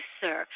sir